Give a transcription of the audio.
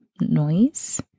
noise